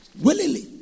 Willingly